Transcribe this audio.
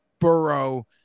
Burrow